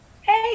Hey